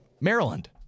Maryland